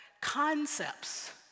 concepts